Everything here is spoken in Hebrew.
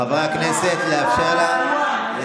חברי הכנסת, לאפשר לה לדבר.